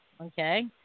Okay